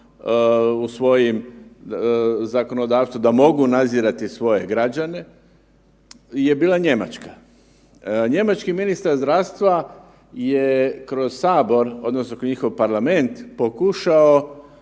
u svojim zakonodavstvu da mogu nadzirati svoje građana je bila Njemačka. Njemački ministar zdravstva je kroz sabor, odnosno kod njihov parlament pokušao